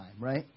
right